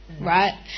right